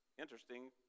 Interesting